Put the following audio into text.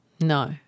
No